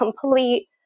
complete